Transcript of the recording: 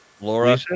Laura